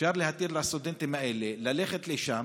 אפשר להתיר לסטודנטים האלה ללכת לשם